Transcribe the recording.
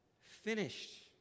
finished